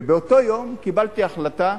ובאותו יום קיבלתי החלטה,